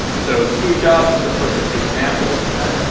so, steve jobs is the perfect example of that.